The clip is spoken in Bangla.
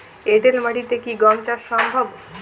এঁটেল মাটিতে কি গম চাষ সম্ভব?